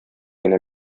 генә